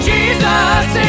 Jesus